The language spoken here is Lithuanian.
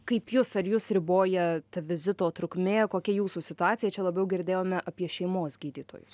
kaip jus ar jus riboja vizito trukmė kokia jūsų situacija čia labiau girdėjome apie šeimos gydytojus